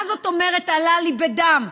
מה זאת אומרת "עלה לי בדם",